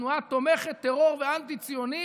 תנועה תומכת טרור ואנטי-ציונית,